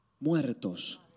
muertos